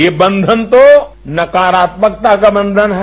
ये बंधन तो नकारात्मकता का बंधन है